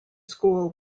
school